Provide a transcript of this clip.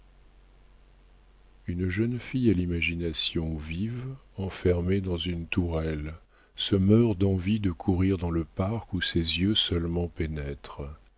une jeune fille à l'imagination vive enfermée dans une tourelle se meurt d'envie de courir dans le parc où ses yeux seulement pénètrent